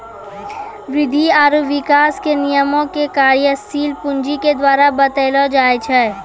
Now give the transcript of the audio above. वृद्धि आरु विकास के नियमो के कार्यशील पूंजी के द्वारा बतैलो जाय छै